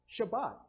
Shabbat